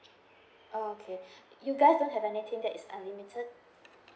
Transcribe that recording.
oh okay you guys don't have anything that is unlimited